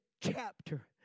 chapter